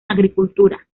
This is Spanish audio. agricultura